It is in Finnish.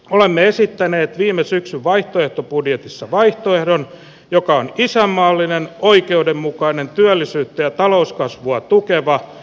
olemme esittäneet viime syksyn vaihtoehtobudjetissa vaihtoehdon joka on isänmaallinen oikeudenmukainen työllisyyttä ja talouskasvua tukeva